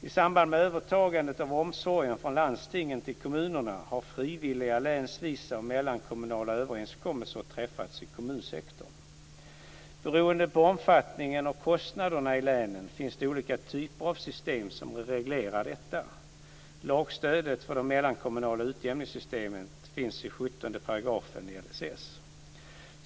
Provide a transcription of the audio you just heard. I samband med övertagandet av omsorgen från landstingen till kommunerna har frivilliga länsvisa och mellankommunala överenskommelser träffats i kommunsektorn. Beroende på omfattningen och kostnaderna i länen finns det olika typer av system som reglerar detta. Lagstödet för de mellankommunala utjämningssystemen finns i 17 § i LSS.